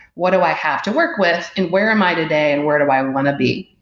what do i have to work with and where am i today and where do i want to be?